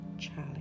challenge